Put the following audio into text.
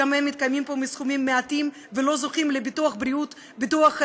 גם הם מתקיימים פה מסכומים מועטים ולא זוכים לביטוח חיים,